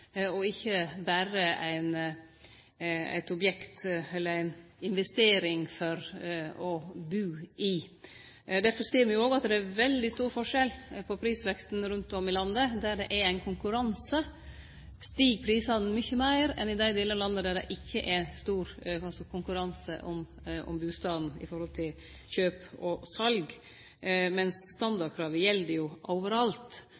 ikkje berre ei investering for å bu. Derfor ser me òg at det er veldig stor forskjell på prisveksten rundt om i landet. Der det er konkurranse, stig prisane mykje meir enn i dei delar av landet der det ikkje er stor konkurranse om bustaden i forhold til kjøp og sal. Men standardkravet gjeld jo overalt,